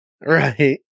Right